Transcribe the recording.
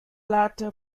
latter